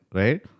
right